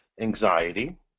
anxiety